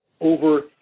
over